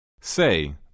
Say